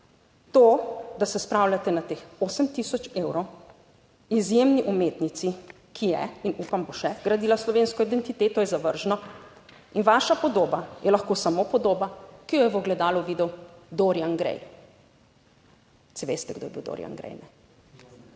To, da se spravljate na teh 8 tisoč evrov izjemni umetnici, ki je in, upam, bo še gradila slovensko identiteto, je zavržno in vaša podoba je lahko samo podoba, ki jo je v ogledalu videl Dorian Gray. Saj veste, kdo je bil Dorian Gray? Ker